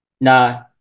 No